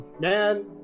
man